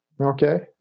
okay